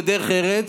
לדרך ארץ,